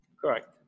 correct